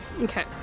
Okay